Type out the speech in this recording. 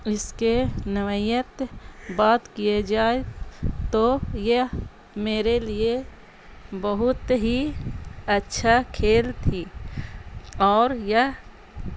اس کے نوعیت بات کیے جائے تو یہ میرے لیے بہت ہی اچھا کھیل تھی اور یہ